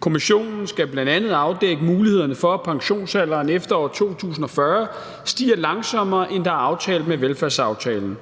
Kommissionen skal bl.a. afdække mulighederne for, at pensionsalderen efter 2040 stiger langsommere, end der er aftalt med velfærdsaftalen.